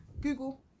google